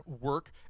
work